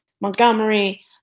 Montgomery